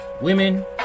women